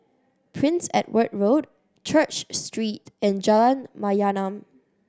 Prince Edward Road Church Street and Jalan Mayaanam